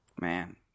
man